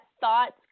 thoughts